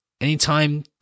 anytime